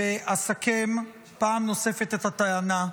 ואסכם פעם נוספת את הטענה.